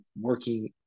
working